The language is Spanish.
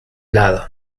lado